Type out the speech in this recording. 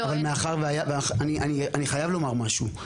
אני חייב לומר משהו.